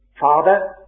Father